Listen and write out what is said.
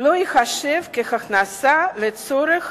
לא ייחשב כהכנסה לצורך